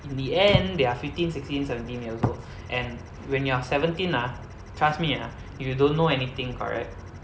in the end they are fifteen sixteen seventeen years old and when you're seventeen ah trust me you ah don't know anything correct